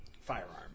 firearm